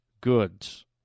goods